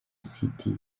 city